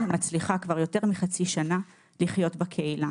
היא מצליחה יותר מחצי שנה לחיות בקהילה.